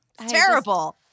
Terrible